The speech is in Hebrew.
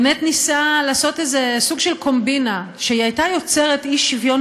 ניסה לעשות סוג של קומבינה שהייתה יוצרת אי-שוויון